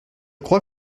crois